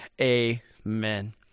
Amen